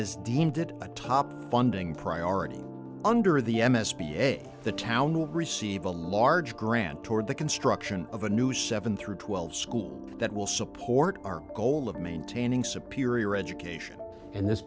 did a top funding priority under the m s p ed the town will receive a large grant toward the construction of a new seven through twelve school that will support our goal of maintaining superior education and this